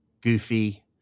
goofy